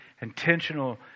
intentional